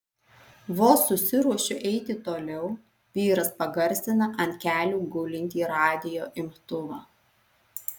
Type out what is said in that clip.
vos susiruošiu eiti toliau vyras pagarsina ant kelių gulintį radijo imtuvą